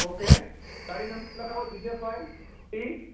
okay ગાડી નંબર લખાવો જી જે ફાઇવ પી